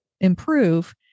improve